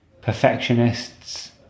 perfectionists